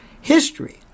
history